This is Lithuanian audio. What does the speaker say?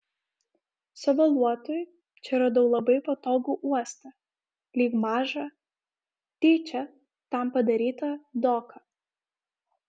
savo luotui čia radau labai patogų uostą lyg mažą tyčia tam padarytą doką